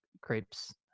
crepes